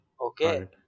Okay